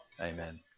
Amen